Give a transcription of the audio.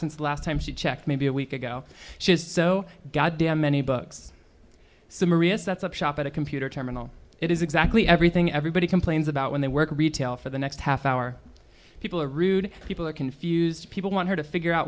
the last time she checked maybe a week ago just so goddamn many books so maria sets up shop at a computer terminal it is exactly everything everybody complains about when they work retail for the next half hour people are rude people are confused people want her to figure out